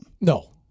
No